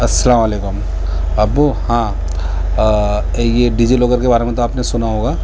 السلام علیکم ابو ہاں یہ ڈیجی لاکر کے بارے میں تو آپ نے سنا ہوگا